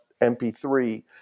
MP3